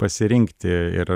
pasirinkti ir